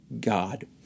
God